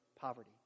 poverty